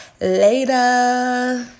Later